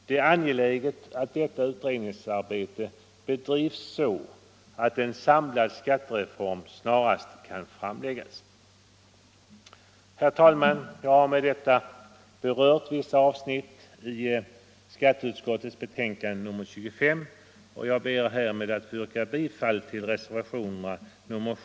Det är angeläget att detta utredningsarbete bedrivs så att en samlad skattereform snarast kan framläggas. Herr talman!